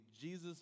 Jesus